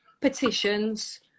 petitions